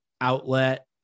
outlet